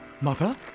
Mother